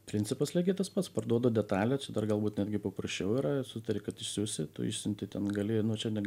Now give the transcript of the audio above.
principas lygiai tas pats parduodu detalę čia dar galbūt netgi paprasčiau yra ir sutari kad išsiųsi tu išsiunti ten gali nu čia ne